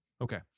okay